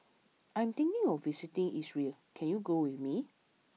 I am thinking of visiting Israel can you go with me